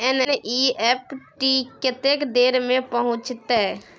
NEFT कत्ते देर में पहुंचतै?